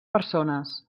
persones